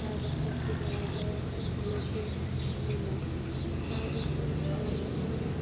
তাৰপাছত দিব লাগে হালধি নিমখ তাৰ পাছত অলপ সময়